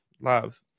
Love